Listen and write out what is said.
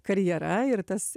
karjera ir tas